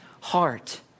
heart